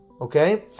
okay